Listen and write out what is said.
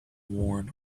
worn